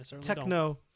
techno